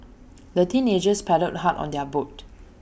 the teenagers paddled hard on their boat